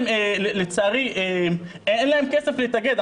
לצערי, אין להם כסף להתאגד.